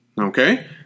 okay